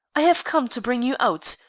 i have come to bring you out.